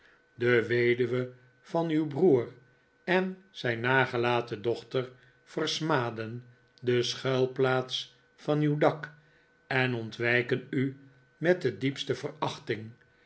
de weduwe van uw broer en zijn nagelaten dochter versmaden de schuilplaats van uw dak en ontwijken u met de diepste verachting